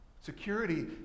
Security